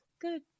good